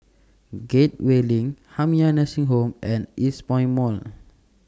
Gateway LINK Jamiyah Nursing Home and Eastpoint Mall